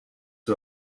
who